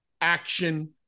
action